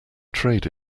trade